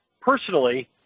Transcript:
personally